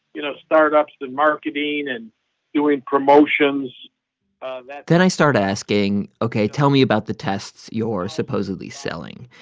you know, start-ups and marketing and doing promotions then i start asking, ok, tell me about the tests you're supposedly selling.